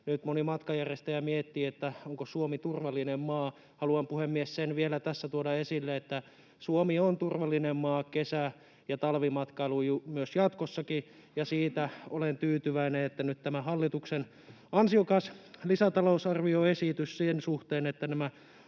nyt moni matkanjärjestäjä miettii, onko Suomi turvallinen maa. Puhemies! Haluan sen vielä tässä tuoda esille, että Suomi on turvallinen maa kesä- ja talvimatkailuun myös jatkossakin. Ja olen tyytyväinen tähän hallituksen ansiokkaaseen lisätalousarvioesitykseen sen suhteen, että kun